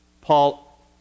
Paul